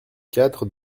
quatre